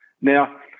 Now